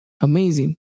amazing